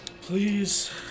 Please